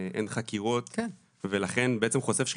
אין חקירות ולכן בעצם חושף שחיתות,